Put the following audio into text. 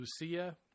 Lucia